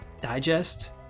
digest